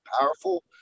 powerful